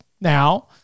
Now